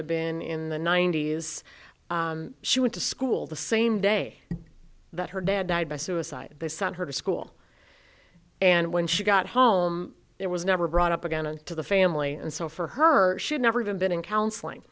have been in the ninety's she went to school the same day that her dad died by suicide they sent her to school and when she got home it was never brought up again and to the family and so for her she'd never even been in counseling